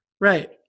Right